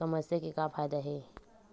समस्या के का फ़ायदा हे?